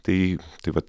tai tai vat